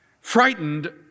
Frightened